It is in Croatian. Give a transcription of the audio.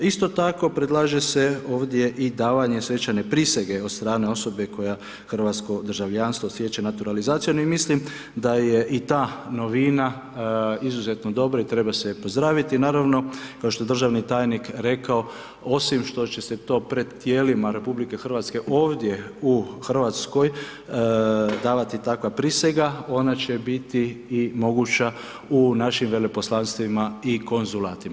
Isto tako predlaže se ovdje i davanje svečane prisege od strane osobe koja hrvatsko državljanstvo stječe naturalizacijom i mislim da je i ta novina izuzetno dobra i treba se je pozdraviti naravno kao što je državni tajnik rekao osim što će se to pred tijelima RH ovdje u Hrvatskoj davati takva prisega ona će biti i moguća u našim veleposlanstvima i konzulatima.